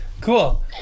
Cool